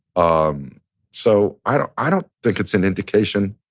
um so i don't i don't think it's an indication,